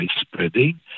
spreading